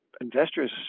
investors